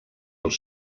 els